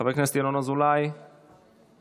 חבר הכנסת ינון אזולאי, בבקשה.